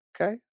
Okay